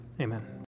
Amen